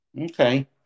Okay